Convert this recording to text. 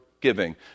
giving